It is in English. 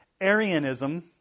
Arianism